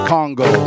Congo